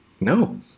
no